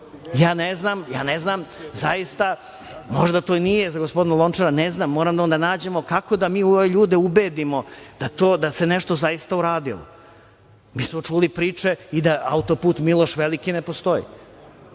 461 stablo. Ja ne znam, zaista, možda to nije za gospodina Lončara. Ne znam, ali moramo da nađemo kako da ove ljude ubedimo da se nešto zaista uradilo. Mi smo čuli priče i da autoput Miloš Veliki ne postoji.